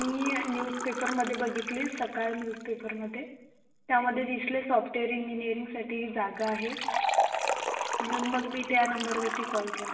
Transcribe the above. मी न्यूजपेपरमध्ये बघितली सकाळ न्यूजपेपरमध्ये त्यामध्ये दिसले सॉफ्टेर इंजिनियरिंगसाठी जागा आहे म्हणून मग मी त्या नंबरवरती कॉल केला